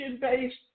based